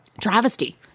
travesty